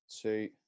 two